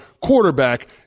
quarterback